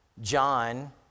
John